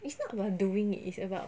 it's not about doing it is about